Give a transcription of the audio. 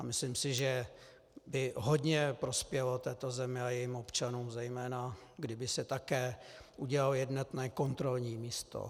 Myslím, že by hodně prospělo této zemi a jejím občanům zejména, kdyby se také udělalo jednotné kontrolní místo.